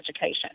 Education